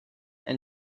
and